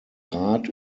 rat